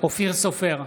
אופיר סופר,